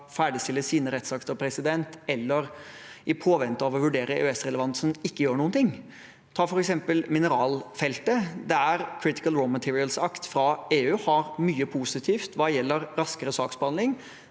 ferdigstille sine rettsakter, eller i påvente av at vi skal vurdere EØS-relevansen, ikke gjør noen ting. Ta f.eks. mineralfeltet, der Critical Raw Materials Act fra EU har mye positivt hva gjelder raskere saksbehandling.